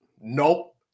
Nope